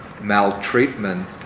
maltreatment